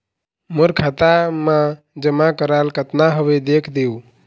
मोर खाता मा जमा कराल कतना हवे देख देव?